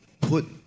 put